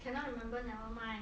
cannot remember never mind